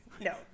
No